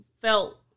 felt